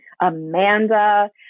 Amanda